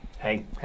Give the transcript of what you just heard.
Hey